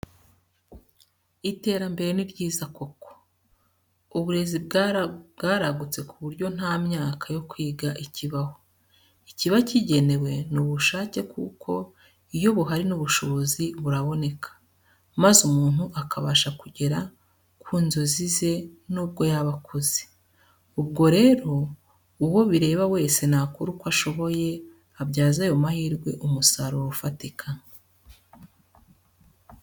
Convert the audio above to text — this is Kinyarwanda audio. Iterambere ni ryiza koko! Uburezi bwaragutse ku buryo nta myaka yo kwiga ikibaho, ikiba gikenewe ni ubushake kuko iyo buhari n'ubushobozi buraboneka, maze umuntu akabasha kugera ku nzozi ze nubwo yaba akuze. Ubwo rero uwo bireba wese nakore uko ashoboye abyaze ayo mahirwe umusaruro ufatika.